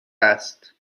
است